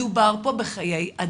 מדובר פה בחיי אדם.